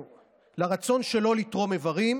לשנה, הנשרים הולכים ונעלמים,